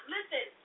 Listen